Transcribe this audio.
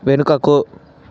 వెనుకకు